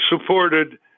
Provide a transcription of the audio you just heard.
supported